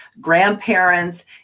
grandparents